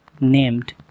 named